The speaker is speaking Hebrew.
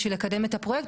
בשביל לקדם את הפרויקט,